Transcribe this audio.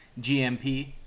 GMP